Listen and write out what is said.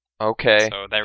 Okay